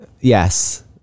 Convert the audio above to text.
Yes